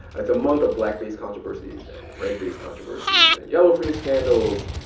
it's a month of blackface controversies and redface controversies and yellowface scandals.